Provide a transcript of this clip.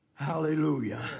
Hallelujah